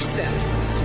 sentence